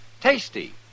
tasty